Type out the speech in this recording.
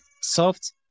soft